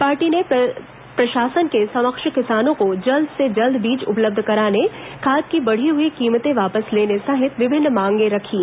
party ने प्रशासन के समक्ष किसानों को जल्द से जल्द बीज उपलब्ध कराने खाद की बढ़ी हई कीमतें वापस लेने सहित विभिन्न मांगें रखीं